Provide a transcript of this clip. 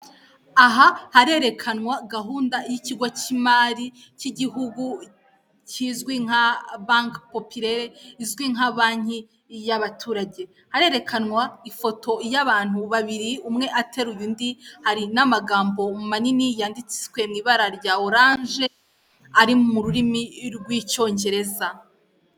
Aha harerekanwa gahunda y'ikigo cy'imari cy'igihugu cyizwi nka banki popirere, izwi nka banki y'abaturage. Harerekanwa ifoto y'abantu babiri umwe ateruye undi, hari n'amagambo manini yanditswe mw'ibara rya oranje, ari mu rurimi rw'icyongereza.